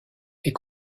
est